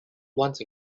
once